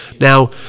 Now